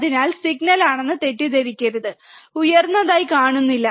അതിനാൽ സിഗ്നൽ ആണെന്ന് തെറ്റിദ്ധരിക്കരുത് ഉയർന്നതായി കാണുന്നില്ല